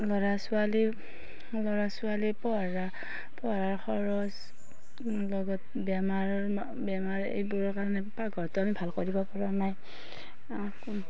ল'ৰা ছোৱালীৰ ল'ৰা ছোৱালীৰ পঢ়া পঢ়াৰ খৰচ লগত বেমাৰৰ বেমাৰ এইবোৰৰ কাৰণে পাকঘৰটো আমি ভাল কৰিব পৰা নাই আকৌ